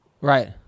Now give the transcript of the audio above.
Right